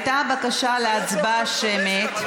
הייתה בקשה להצבעה שמית,